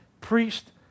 Priest